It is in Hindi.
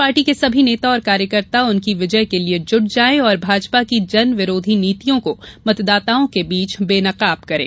पार्टी के सभी नेता और कार्यकर्ता उनकी विजय के लिए जुट जायें और भाजपा की जनविरोधी नीतियों को मतदाताओं के बीच बेनकाब करें